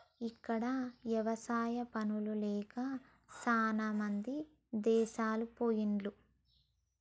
ఇక్కడ ఎవసాయా పనులు లేక చాలామంది దేశాలు పొయిన్లు